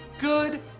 Good